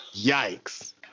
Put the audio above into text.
Yikes